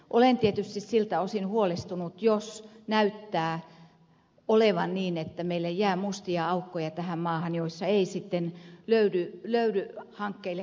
olen tietysti siltä osin huolestunut jos näyttää olevan niin että meille jää tähän maahan mustia aukkoja joissa ei sitten löydy hankkeille toteuttajia